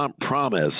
promise